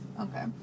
Okay